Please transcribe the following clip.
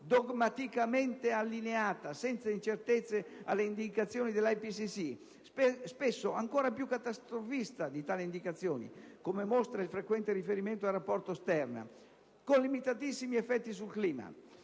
dogmaticamente allineata senza incertezze alle indicazioni dell'IPCC, spesso ancora più catastrofista di tali indicazioni (come mostra il frequente riferimento al rapporto Stern), con limitatissimi effetti sul clima.